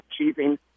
achieving